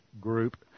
group